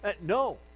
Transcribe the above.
No